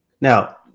Now